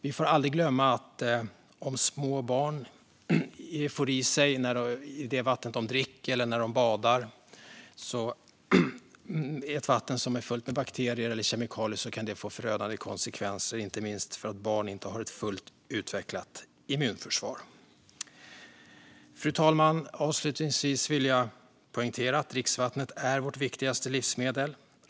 Vi får aldrig glömma att om små barn när de dricker eller badar får i sig vatten som är fullt med bakterier eller kemikalier kan det få förödande konsekvenser inte minst eftersom barn inte har ett fullt utvecklat immunförsvar. Fru talman! Avslutningsvis vill jag poängtera att dricksvattnet är vårt viktigaste livsmedel.